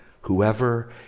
Whoever